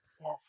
Yes